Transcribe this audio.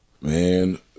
Man